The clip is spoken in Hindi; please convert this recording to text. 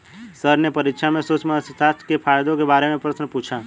सर ने परीक्षा में सूक्ष्म अर्थशास्त्र के फायदों के बारे में प्रश्न पूछा